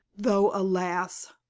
though, alas!